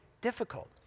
difficult